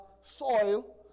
soil